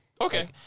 Okay